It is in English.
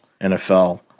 NFL